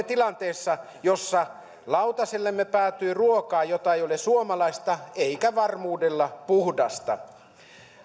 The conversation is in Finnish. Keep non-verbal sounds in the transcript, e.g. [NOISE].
[UNINTELLIGIBLE] tilanteessa jossa lautasellemme päätyy ruokaa joka ei ole suomalaista eikä varmuudella puhdasta